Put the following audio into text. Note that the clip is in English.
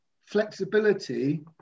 flexibility